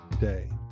day